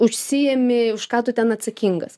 užsiimi už ką tu ten atsakingas